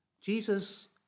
Jesus